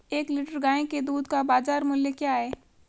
एक लीटर गाय के दूध का बाज़ार मूल्य क्या है?